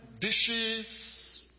dishes